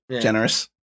Generous